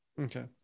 Okay